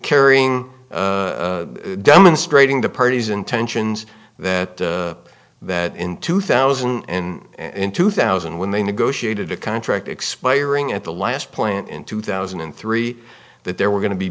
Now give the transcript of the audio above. carrying demonstrating the party's intentions that that in two thousand and two thousand when they negotiated a contract expiring at the last plant in two thousand and three that there were going to be